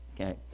Okay